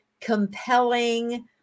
compelling